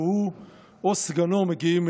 שהוא או סגנו מגיעים.